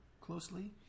closely